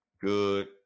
good